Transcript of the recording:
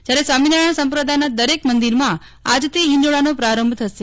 જયારે સ્વામિનારાયણ સંપ્રદાયના દરેક મંદિરમાં આજ થી હિંડોળાનો પ્રારંભ થશે